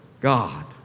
God